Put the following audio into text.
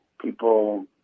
people